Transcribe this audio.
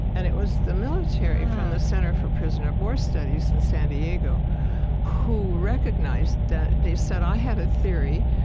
and it was the military from the center for prisoner of war studies in san diego who recognized that. they said i had a theory,